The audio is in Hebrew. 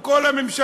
הוא כל הממשלה.